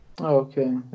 okay